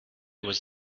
was